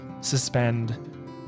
suspend